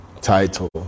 title